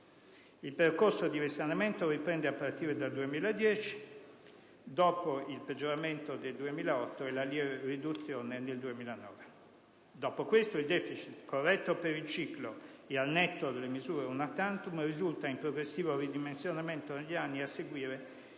Il percorso di risanamento riprende a partire dal 2010, dopo il peggioramento del 2008 e la lieve riduzione nel 2009. Il deficit, corretto per il ciclo e al netto delle misure *una tantum*, risulta in progressivo ridimensionamento negli anni a seguire